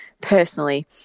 personally